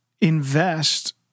invest